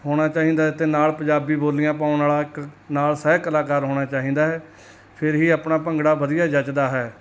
ਹੋਣਾ ਚਾਹੀਦਾ ਅਤੇ ਨਾਲ ਪੰਜਾਬੀ ਬੋਲੀਆਂ ਪਾਉਣ ਵਾਲਾ ਇੱਕ ਨਾਲ ਸਹਿ ਕਲਾਕਾਰ ਹੋਣਾ ਚਾਹੀਦਾ ਹੈ ਫਿਰ ਹੀ ਆਪਣਾ ਭੰਗੜਾ ਵਧੀਆ ਜੱਚਦਾ ਹੈ